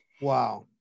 Wow